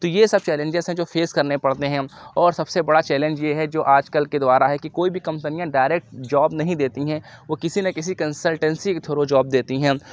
تو یہ سب چیلنجز ہیں جو فیس کرنے پڑتے ہیں اور سب سے بڑا چیلنج یہ ہے جو آج کل کے دوارا ہے کہ کوئی بھی کمپنیاں ڈائریکٹ جاب نہیں دیتی ہیں وہ کسی نہ کسی کنسلٹینسی کے تھرو جاب دیتی ہیں